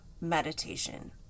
meditation